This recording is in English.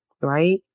right